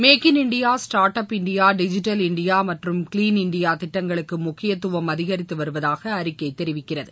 make in India start up India digital India மற்றும் clean India திட்டங்களுக்கு முக்கியத்துவம் அதிகரித்துவருவதாக அறிக்கை தெரிவிக்கிறது